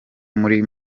muri